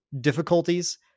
difficulties